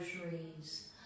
groceries